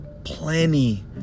plenty